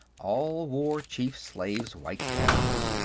all wore chief-slaves' white gowns.